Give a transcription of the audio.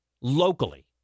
locally